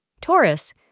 Taurus